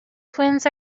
twins